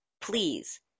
please